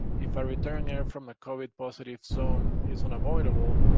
if ah return air from a covid positive zone is unavoidable,